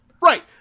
Right